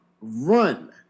run